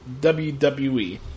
WWE